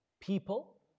people